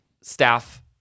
staff